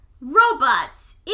Robots